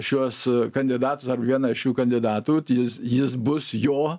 šiuos kandidatus arba vieną iš šių kandidatų tai jis jis bus jo